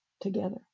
together